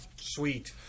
Sweet